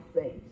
face